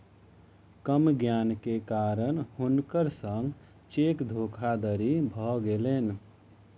कम ज्ञान के कारण हुनकर संग चेक धोखादड़ी भ गेलैन